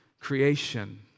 creation